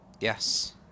Yes